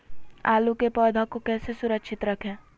आलू के पौधा को कैसे सुरक्षित रखें?